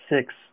six